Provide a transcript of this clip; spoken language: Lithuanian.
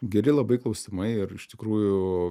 geri labai klausimai ir iš tikrųjų